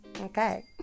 Okay